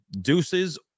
deuces